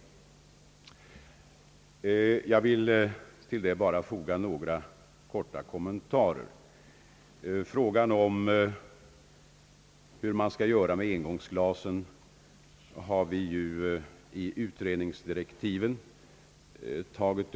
Utöver detta vill jag endast göra några korta kommentarer. Frågan hur man skall göra med engångsglasen har ju tagits upp i utredningsdirektiven.